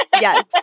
Yes